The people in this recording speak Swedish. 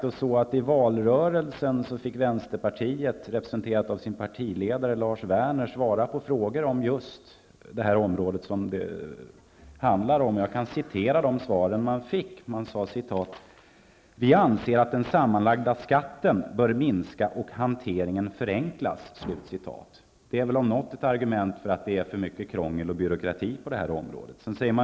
I valrörelsen fick vänsterpartiet, representerat av sin partiledare Lars Werner, svara på frågor om just detta område. Han sade att den sammanlagda skatten bör minska och hanteringen förenklas. Det är väl om något ett argument för att det råder för mycket krångel och byråkrati på det här området.